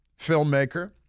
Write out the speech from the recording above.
filmmaker